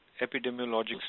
epidemiologic